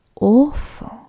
awful